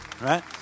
Right